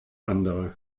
andere